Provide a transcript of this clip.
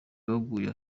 baguye